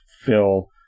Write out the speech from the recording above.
fill